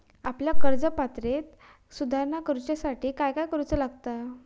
आपल्या कर्ज पात्रतेत सुधारणा करुच्यासाठी काय काय करूचा लागता?